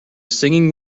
singing